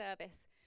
service